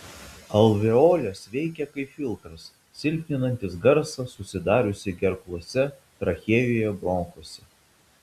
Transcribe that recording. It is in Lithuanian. alveolės veikia kaip filtras silpninantis garsą susidariusį gerklose trachėjoje bronchuose